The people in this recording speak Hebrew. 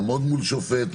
לעמוד מול שופט,